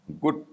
good